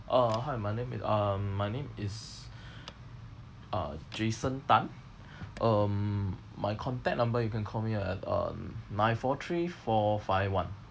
uh hi my name is um my name is uh jason tan um my contact number you can call me at um ninee four three four five one